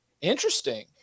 Interesting